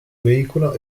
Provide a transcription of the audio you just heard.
veicolo